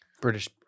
British